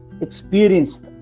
experienced